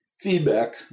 feedback